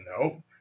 no